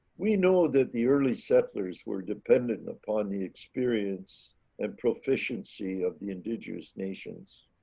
we know that the early settlers were dependent and upon the experience and proficiency of the indigenous nations.